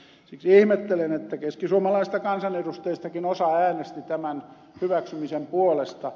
siksi ihmettelen että keskisuomalaisista kansanedustajistakin osa äänesti tämän hyväksymisen puolesta